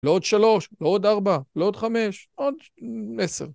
לעוד שלוש, לעוד ארבע, לעוד חמש, עוד עשר.